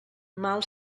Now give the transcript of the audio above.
mal